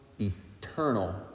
eternal